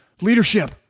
Leadership